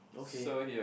okay